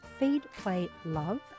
feedplaylove